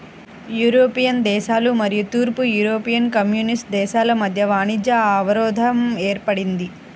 European దేశాలు మరియు తూర్పు యూరోపియన్ కమ్యూనిస్ట్ దేశాల మధ్య వాణిజ్య అవరోధం ఏర్పడింది